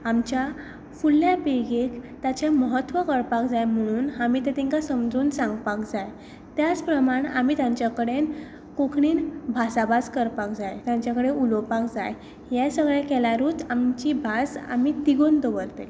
आमच्या फुडल्या पिळगेक ताचें म्हत्व कळपाक जाय म्हणून आमी तें तांकां समजून सांगपाक जाय त्याच प्रमाण आमी तांच्या कडेन कोंकणीन भासाभास करपाक जाय तांचे कडेन उलोवपाक जाय हें सगलें केल्यारूच आमची भास आमी तिगून दवरतले